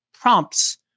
prompts